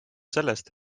sellest